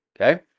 Okay